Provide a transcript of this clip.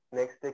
Next